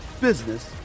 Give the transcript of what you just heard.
business